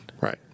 Right